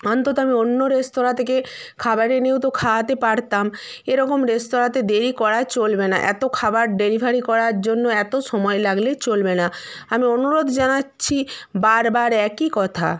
অন্তত আমি অন্য রেস্তোরাঁ থেকে খাবার এনেও তো খাওয়াতে পারতাম এরকম রেস্তোরাঁতে দেরি করা চলবে না এতো খাবার ডেলিভারি করার জন্য এতো সময় লাগলে চলবে না আমি অনুরোধ জানাচ্ছি বারবার একই কথা